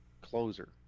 closer